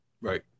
right